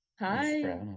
Hi